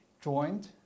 joined